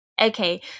okay